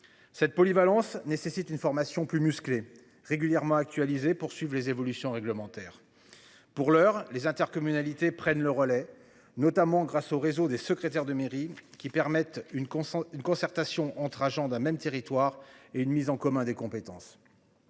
Cette polyvalence nécessite une formation plus musclée régulièrement actualisé, poursuivent les évolutions réglementaires. Pour l'heure les intercommunalités prennent le relais, notamment grâce au réseau des secrétaires de mairie qui permettent une constante une concertation entre agents d'un même territoire et une mise en commun des compétences.